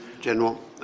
General